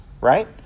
right